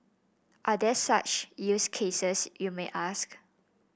are there such use cases you may ask